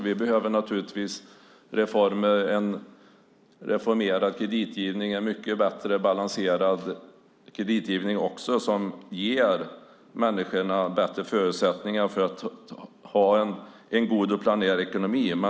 Vi behöver en reformerad och bättre balanserad kreditgivning som ger människor bättre förutsättningar att ha en god och planerad ekonomi.